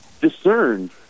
discerned